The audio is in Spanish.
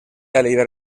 aliviar